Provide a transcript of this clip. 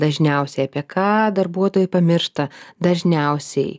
dažniausiai apie ką darbuotojai pamiršta dažniausiai